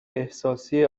احساسی